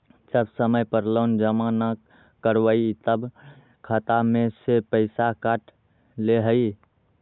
जब समय पर लोन जमा न करवई तब खाता में से पईसा काट लेहई?